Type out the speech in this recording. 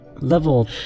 level